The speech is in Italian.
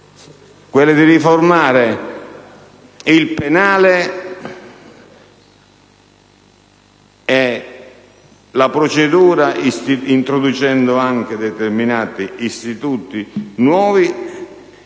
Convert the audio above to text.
quelle di riformare il codice penale e la procedura introducendo anche determinati istituti nuovi